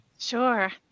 Sure